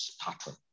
pattern